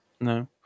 No